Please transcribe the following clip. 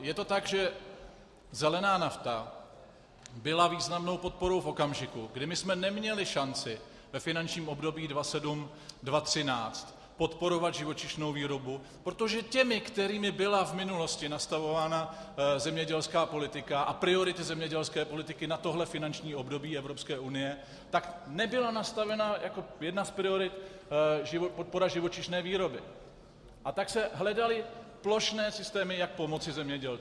Je to tak, že zelená nafta byla významnou podporou v okamžiku, kdy jsme neměli šanci ve finančním období 2007 až 2013 podporovat živočišnou výrobu, protože těmi, kterými byla v minulosti nastavována zemědělská politika a priority zemědělské politiky na tohle finanční období Evropské unie, nebyla nastavena jako jedna z priorit podpora živočišné výroby, a tak se hledaly plošné systémy, jak pomoci zemědělcům.